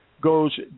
goes